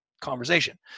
conversation